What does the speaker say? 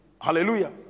Hallelujah